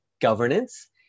governance